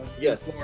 Yes